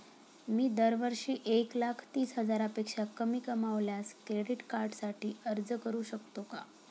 मी दरवर्षी एक लाख तीस हजारापेक्षा कमी कमावल्यास क्रेडिट कार्डसाठी अर्ज करू शकतो का?